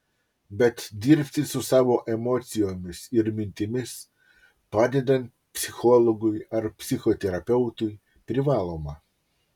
bet dirbti su savo emocijomis ir mintimis padedant psichologui ar psichoterapeutui privaloma